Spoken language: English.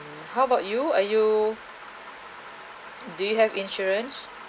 how about you are you do you have insurance